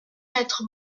mettre